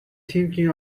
thinking